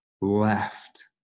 left